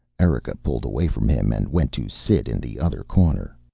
erika pulled away from him and went to sit in the other corner.